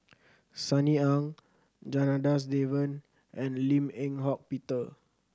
Sunny Ang Janadas Devan and Lim Eng Hock Peter